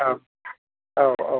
ओ औ औ